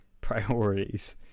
Priorities